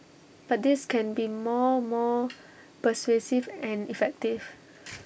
but this can be more more pervasive and effective